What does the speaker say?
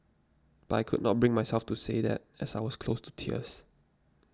but I could not bring myself to say that as I was close to tears